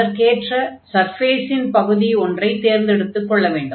அதற்கேற்ற சர்ஃபேஸின் பகுதி ஒன்றைத் தேர்ந்தெடுத்துக் கொள்ள வேண்டும்